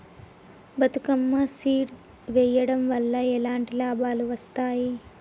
Bathukamma seed వెయ్యడం వల్ల ఎలాంటి లాభాలు వస్తాయి?